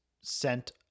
sent